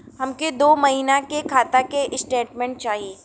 हमके दो महीना के खाता के स्टेटमेंट चाही?